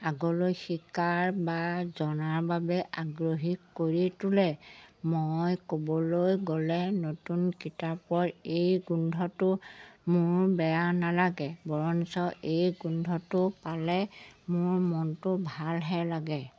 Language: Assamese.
আগলৈ শিকাৰ বা জনাৰ বাবে আগ্ৰহী কৰি তোলে মই ক'বলৈ গ'লে নতুন কিতাপৰ এই গোন্ধটো মোৰ বেয়া নালাগে বৰঞ্চ এই গোন্ধটো পালে মোৰ মনটো ভালহে লাগে